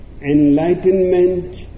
enlightenment